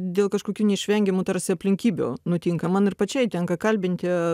dėl kažkokių neišvengiamų tarsi aplinkybių nutinka man ir pačiai tenka kalbinti